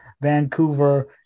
vancouver